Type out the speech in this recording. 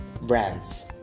brands